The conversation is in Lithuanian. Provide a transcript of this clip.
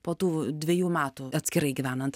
po tų dvejų metų atskirai gyvenant